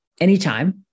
anytime